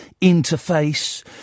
interface